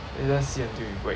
then just see until you whack